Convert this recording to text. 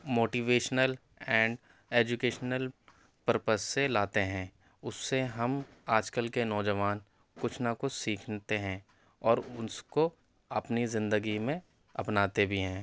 motivational and educational purpose سے لاتے ہیں اُس سے ہم آج کل کے نوجوان کچھ نہ کچھ سیکھتے ہیں اور اُس کو اپنی زندگی میں اپناتے بھی ہیں